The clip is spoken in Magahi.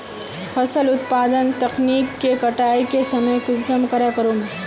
फसल उत्पादन तकनीक के कटाई के समय कुंसम करे करूम?